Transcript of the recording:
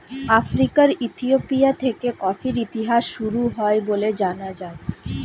আফ্রিকার ইথিওপিয়া থেকে কফির ইতিহাস শুরু হয় বলে জানা যায়